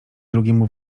drugiemu